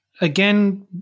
again